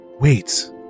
Wait